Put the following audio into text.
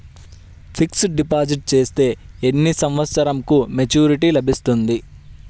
Fixed deposit చేస్తే ఎన్ని సంవత్సరంకు మెచూరిటీ లభిస్తుంది?